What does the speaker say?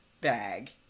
bag